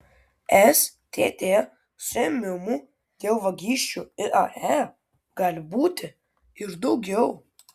stt suėmimų dėl vagysčių iae gali būti ir daugiau